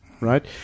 right